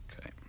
Okay